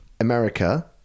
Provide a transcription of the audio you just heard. America